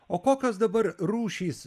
o kokios dabar rūšys